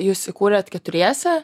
jūs įkūrėt keturiese